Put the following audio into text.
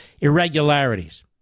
irregularities